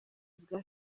bwa